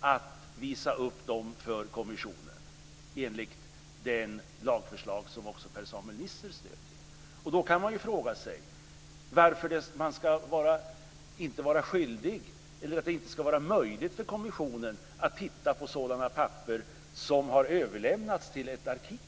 att visa upp dem för kommissionen enligt det lagförslag som också Per-Samuel Nisser stöder. Då kan man fråga sig varför det inte ska vara möjligt för kommissionen att titta på sådana papper som har överlämnats till ett arkiv.